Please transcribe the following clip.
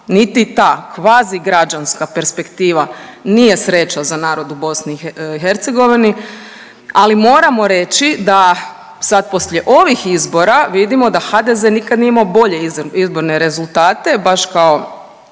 niti ta kvazi građanska perspektiva nije sreća za narod u BiH, ali moramo reći da sad poslije ovih izbora vidimo da HDZ nikad nije imao bolje izborne rezultate, baš kao